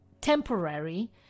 temporary